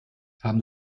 haben